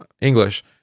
English